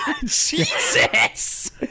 Jesus